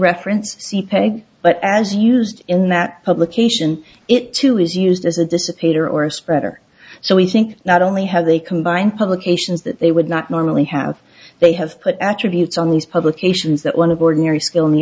reference c p a but as used in that publication it too is used as a dissipate or or spread or so we think not only have they combined publications that they would not normally have they have put attributes on these publications that one of ordinary skill in the